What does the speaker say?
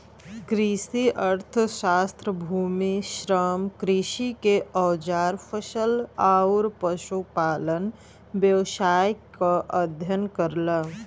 कृषि अर्थशास्त्र भूमि, श्रम, कृषि के औजार फसल आउर पशुपालन व्यवसाय क अध्ययन करला